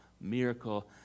miracle